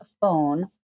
phone